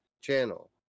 channel